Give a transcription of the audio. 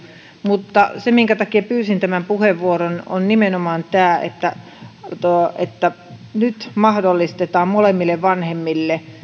mutta se minkä takia pyysin tämän puheenvuoron on nimenomaan tämä että nyt mahdollistetaan molemmille vanhemmille